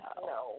No